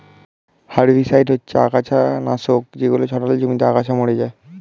herbicide হচ্ছে আগাছানাশক যেগুলো ছড়ালে জমিতে আগাছা মরে যায়